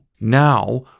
Now